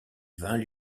vingt